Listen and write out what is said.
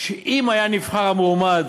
שאם היה נבחר המועמד